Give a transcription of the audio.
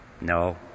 No